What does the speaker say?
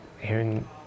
hearing